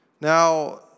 Now